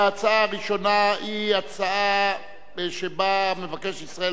ההצעה הראשונה היא הצעה שבה מבקש ישראל